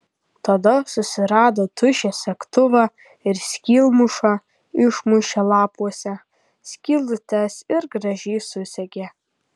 tada susirado tuščią segtuvą ir skylmušą išmušė lapuose skylutes ir gražiai susegė